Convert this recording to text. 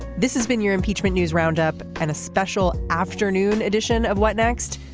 this has been your impeachment news roundup and a special afternoon edition of what next.